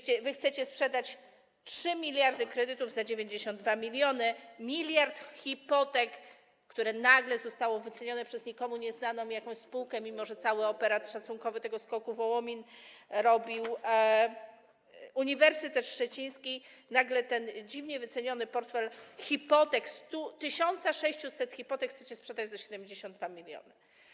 Chcecie sprzedać 3 mld kredytów za 92 mln, 1 mld hipotek, co nagle zostało wycenione przez nikomu nieznaną spółkę, mimo że cały operat szacunkowy SKOK-u Wołomin robił Uniwersytet Szczeciński, nagle ten dziwnie wyceniony portfel hipotek... 1600 hipotek chcecie sprzedać za 72 mln.